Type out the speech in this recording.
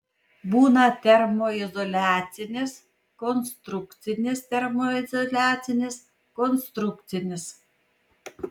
būna termoizoliacinis konstrukcinis termoizoliacinis konstrukcinis